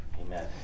Amen